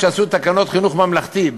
כשעשו את תקנות חינוך ממלכתי,